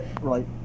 right